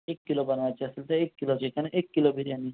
एक किलो बनवायची असेल तर एक किलो चिकन एक किलो बिर्याणी